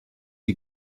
you